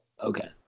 Okay